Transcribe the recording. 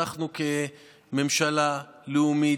אנחנו כממשלה לאומית,